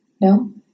No